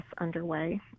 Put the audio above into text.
underway